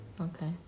Okay